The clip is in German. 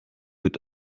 wird